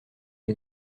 les